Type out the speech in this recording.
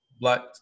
Black